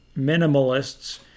minimalists